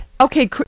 okay